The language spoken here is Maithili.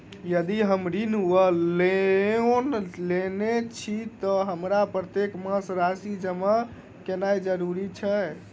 यदि हम ऋण वा लोन लेने छी तऽ हमरा प्रत्येक मास राशि जमा केनैय जरूरी छै?